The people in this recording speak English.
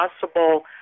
possible